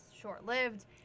short-lived